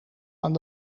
aan